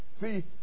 See